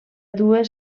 dues